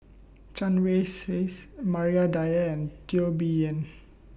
Chen Wen Hsi's Maria Dyer and Teo Bee Yen